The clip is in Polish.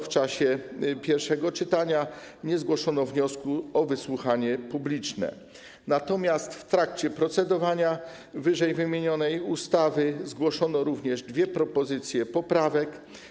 W czasie pierwszego czytania nie zgłoszono wniosku o wysłuchanie publiczne, natomiast w trakcie procedowania ww. ustawy zgłoszono również dwie propozycje poprawek.